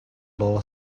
law